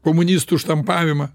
komunistų štampavimą